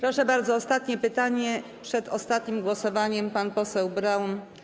Proszę bardzo, ostatnie pytanie przed ostatnim głosowaniem, pan poseł Braun.